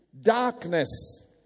darkness